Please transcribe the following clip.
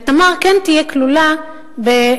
ו"תמר" כן תהיה כלולה בדוח-ששינסקי,